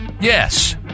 Yes